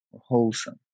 wholesome